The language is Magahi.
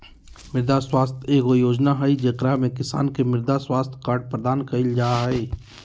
मृदा स्वास्थ्य एगो योजना हइ, जेकरा में किसान के मृदा स्वास्थ्य कार्ड प्रदान कइल जा हइ